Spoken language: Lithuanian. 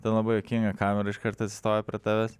ten labai juokinga kamera iškart atsistoja prie tavęs